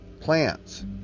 plants